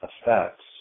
effects